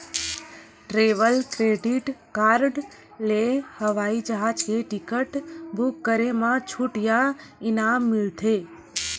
travel credit card ले हवई जहाज के टिकट बूक करे म छूट या इनाम मिलथे